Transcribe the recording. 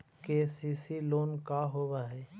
KCC loan का होब हइ?